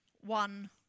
one